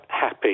happy